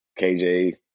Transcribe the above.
KJ